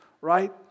right